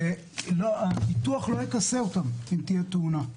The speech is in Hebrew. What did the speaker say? לא יכוסו על ידי הביטוח אם תהיה תאונה.